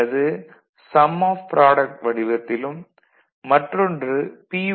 அல்லது some of product வடிவத்திலும் மற்றொன்று பி